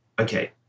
Okay